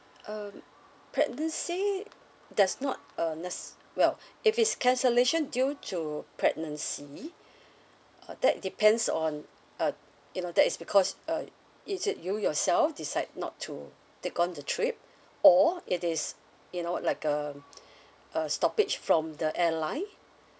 um pregnancy does not uh nec~ well if it's cancellation due to pregnancy uh that depends on uh you know that is because uh is it you yourself decide not to take on the trip or it is you know like um a stoppage from the airline